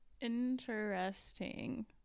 interesting